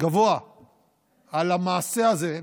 גבוה על המעשה הזה.